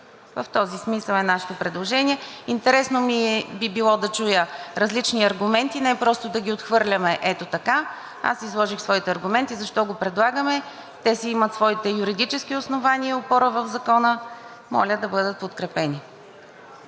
В този смисъл е нашето предложение. Би било интересно да чуя различни аргументи, не просто да ги отхвърляме ето така. Аз изложих своите аргументи защо го предлагаме. Те си имат своите юридически основания и опора в Закона. Моля да бъдат подкрепени.